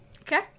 Okay